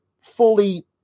fully